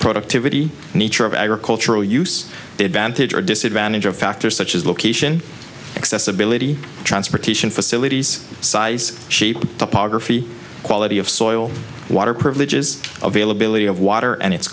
productivity nature of agricultural use the advantage or disadvantage of factors such as location accessibility transportation facilities size shape topography quality of soil water privileges availability of water and it